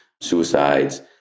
suicides